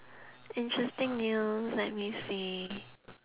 interesting news let me see